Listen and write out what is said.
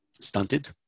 stunted